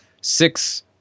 six